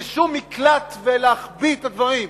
לשום מקלט ולהחביא את הדברים.